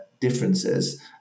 Differences